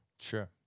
Sure